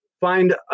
find